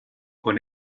con